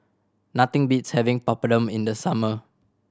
nothing beats having Papadum in the summer